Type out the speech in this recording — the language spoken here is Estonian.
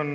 on